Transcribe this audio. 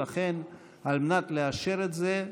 ולכן, על מנת לאשר את זה,